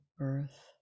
earth